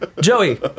Joey